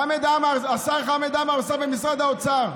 השר חמד עמאר, השר במשרד האוצר,